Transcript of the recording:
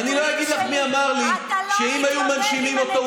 אני לא אגיד לך מי אמר לי שאם היו מנשימים אותו,